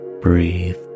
breathe